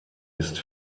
ist